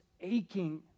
aching